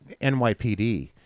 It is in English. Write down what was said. nypd